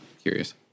Curious